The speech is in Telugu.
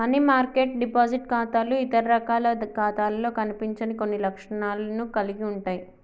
మనీ మార్కెట్ డిపాజిట్ ఖాతాలు ఇతర రకాల ఖాతాలలో కనిపించని కొన్ని లక్షణాలను కలిగి ఉంటయ్